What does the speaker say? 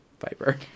viper